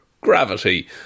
gravity